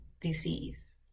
disease